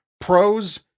Pros